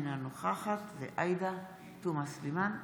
אינה נוכחת עאידה תומא סלימאן,